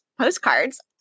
postcards